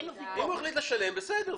אין לו ויכוח --- אם הוא החליט לשלם בסדר,